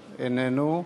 איננו.